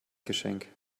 geschenk